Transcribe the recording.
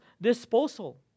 disposal